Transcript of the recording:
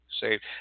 saved